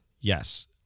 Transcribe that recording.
Yes